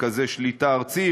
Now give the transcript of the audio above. מרכזי שליטה ארצי,